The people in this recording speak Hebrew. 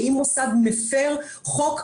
שאם מוסד מפר חוק,